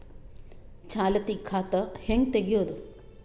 ಚಾಲತಿ ಖಾತಾ ಹೆಂಗ್ ತಗೆಯದು?